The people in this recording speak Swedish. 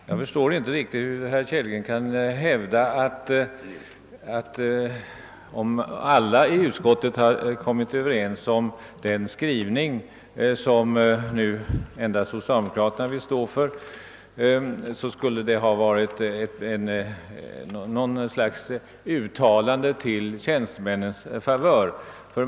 Herr talman! Jag förstår inte riktigt hur herr Kellgren kan hävda att det skulle vara till tjänstemännens bästa om alla i utskottet var ense om den skrivning som nu endast socialdemokraterna vill stå för.